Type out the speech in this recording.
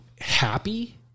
happy